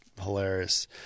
hilarious